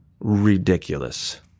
ridiculous